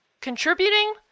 Contributing